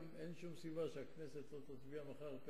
גם אין שום סיבה שהכנסת לא תצביע מחר פה